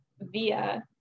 via